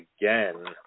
again